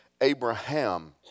Abraham